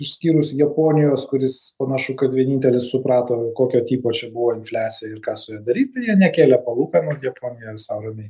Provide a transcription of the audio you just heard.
išskyrus japonijos kuris panašu kad vienintelis suprato kokio tipo čia buvo infliacija ir ką su ja daryt tai jie nekėlė palūkanų japonija sau ramiai